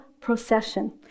procession